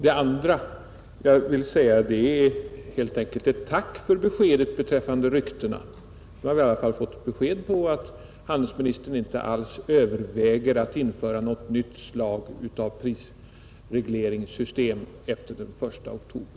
Slutligen vill jag ändock tacka för det besked som lämnades i anledning av vissa rykten. Nu har vi i alla fall fått beskedet att handelsministern inte överväger att införa något nytt slag av prisregleringssystem efter den 1 oktober.